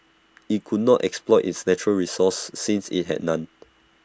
IT could not exploit its natural resources since IT had none